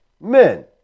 Men